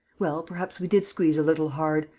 well, perhaps we did squeeze a little hard.